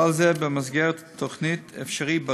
ובכלל זה במסגרת תוכנית "אפשריבריא".